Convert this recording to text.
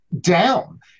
down